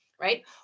right